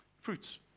Fruits